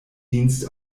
dienst